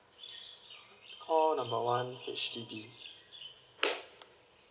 call number one H_D_B